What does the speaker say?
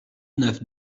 neuf